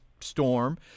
storm –